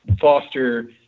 foster